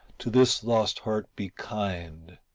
to this lost heart be kind,